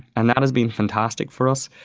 and that has been fantastic for us.